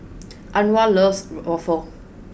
Anwar loves waffle